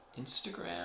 Instagram